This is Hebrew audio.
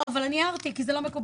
אבל הערתי כי זה לא מקובל.